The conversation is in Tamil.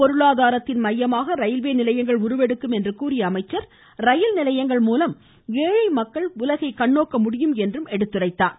பொருளாதாரத்தின் மையமாக ரயில்வே நிலையங்கள் உருவெடுக்கும் என்று கூறிய அவர் ரயில்நிலையங்கள் மூலம் ஏழை மக்கள் உலகை கண்ணோக்க முடியும் என்றார்